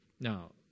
Now